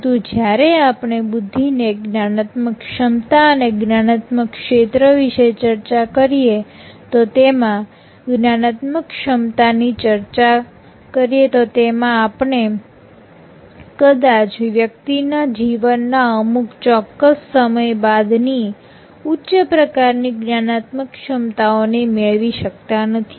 પરંતુ જ્યારે આપણે બુદ્ધિને જ્ઞાનાત્મક ક્ષમતા કે જ્ઞાનાત્મક ક્ષેત્ર વિશે ચર્ચા કરીએ તો તેમાં જ્ઞાનાત્મક ક્ષમતાની ચર્ચા કરીએ તો તેમાં આપણે કદાચ વ્યક્તિના જીવનના અમુક ચોક્કસ સમય બાદ ની ઉચ્ચ પ્રકારની જ્ઞાનાત્મક ક્ષમતાઓને મેળવી શકતા નથી